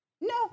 No